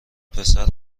پسر